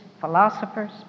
philosophers